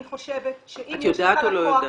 אני חושבת שאם יש לך לקוח --- את יודעת או לא יודעת?